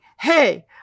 Hey